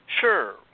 Sure